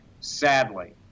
sadly